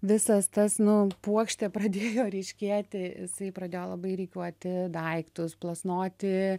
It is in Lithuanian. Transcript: visas tas nu puokštė pradėjo ryškėti jisai pradėjo labai rikiuoti daiktus plasnoti